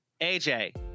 AJ